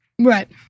Right